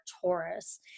Taurus